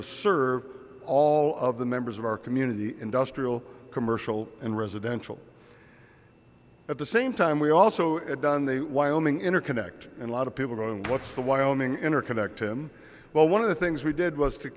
to serve all of the members of our community industrial commercial and residential at the same time we also have done the wyoming interconnect in a lot of people and what's the wyoming interconnect him well one of the things we did was to